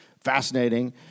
Fascinating